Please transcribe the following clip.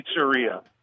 Pizzeria